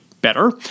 better